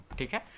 Okay